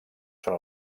són